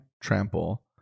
trample